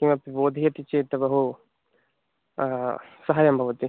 किमपि बोधयति चेत् बहु सहायं भवति